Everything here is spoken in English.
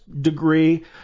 degree